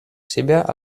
себя